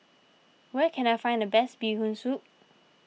where can I find the best Bee Hoon Soup